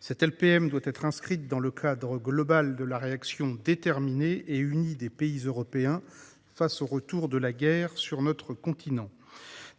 Cette LPM doit être inscrite dans le cadre global de la réaction déterminée et unie des pays européens face au retour de la guerre sur notre continent.